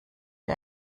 wie